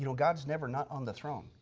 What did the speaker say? you know god's never not on the throne.